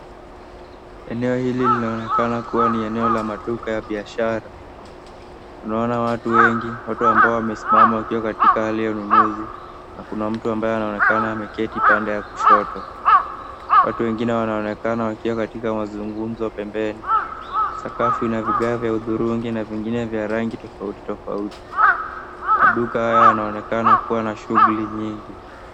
Eneo hili linaonekana kuwa ni eneo la maduka ya kibiashara. Tunaona watu wengi, watu amabao wamesimama wakiwa katika hali ya ununuzi, na kuna mtu ambaye anaonekana ameketi pande ya kushoto. Watu wengine wanaonekana wakiwa katika mazungumzo pembeni. Sakafu ina vigae vya hudhurungi na vingine vya rangi tofautitofauti. Maduka haya yanaonekana kuwa na shughuli nyingi.